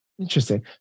Interesting